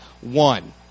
one